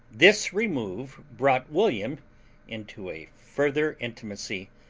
this remove brought william into a further intimacy,